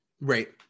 Right